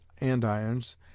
andirons